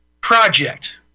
Project